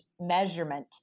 measurement